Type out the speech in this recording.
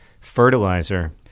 fertilizer